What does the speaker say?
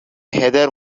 heather